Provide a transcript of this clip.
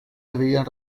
debían